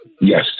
Yes